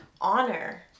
honor